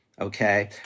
Okay